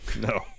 No